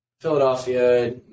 philadelphia